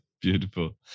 Beautiful